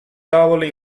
tavole